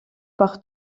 par